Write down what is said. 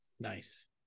Nice